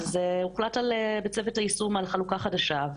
הוחלט בצוות היישום על חלוקה חדשה,